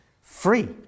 free